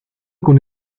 con